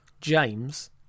James